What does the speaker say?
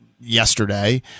yesterday